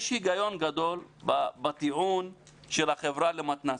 יש היגיון גדול בטיעון של החברה למתנ"סים,